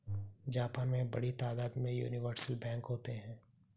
Japan में बड़ी तादाद में यूनिवर्सल बैंक होते हैं